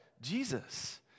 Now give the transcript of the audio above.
Jesus